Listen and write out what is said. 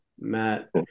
Matt